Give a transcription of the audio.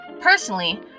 Personally